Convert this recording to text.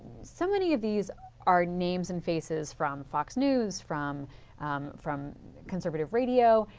so many of these are names and faces from fox news. from from conservative radio.